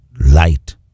light